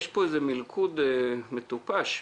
יש פה מלכוד מטופש,